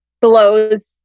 blows